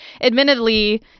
admittedly